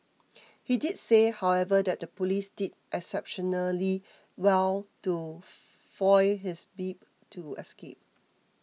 he did say however that the police did exceptionally well to foil his bid to escape